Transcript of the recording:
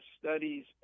studies